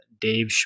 Dave